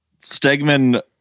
Stegman